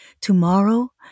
tomorrow